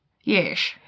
Yes